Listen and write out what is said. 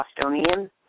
Bostonian